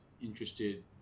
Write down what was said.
interested